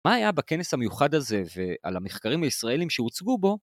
מה היה בכנס המיוחד הזה, ועל המחקרים הישראלים שהוצגו בו,